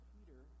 Peter